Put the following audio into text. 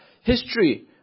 history